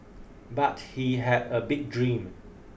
but he had a big dream